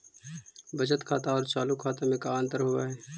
बचत खाता और चालु खाता में का अंतर होव हइ?